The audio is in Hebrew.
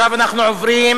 עכשיו אנחנו עוברים